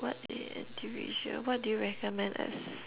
what what do you recommend as